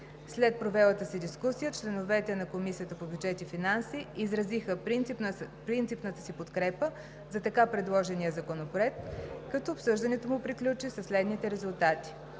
След провелата се дискусия членовете на Комисията по бюджет и финанси изразиха принципната си подкрепа за така предложения Законопроект, като обсъждането му приключи със следните резултати: